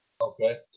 Okay